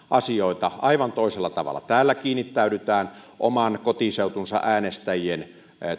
asioita aivan toisella tavalla täällä kiinnittäydytään oman kotiseudun äänestäjien